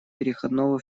переходного